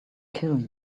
kill